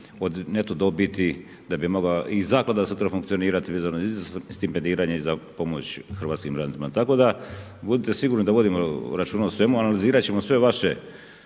od neto dobiti, da bi mogao i zaklada sutra funkcionirati, vezano i uz stipendiranje i za pomoć hrvatskim braniteljima. Tako da, budite sigurni da vodimo računa o svemu, analizirati ćemo sve vaše